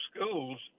schools